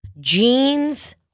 jeans